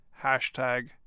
hashtag